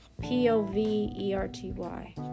P-O-V-E-R-T-Y